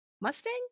mustang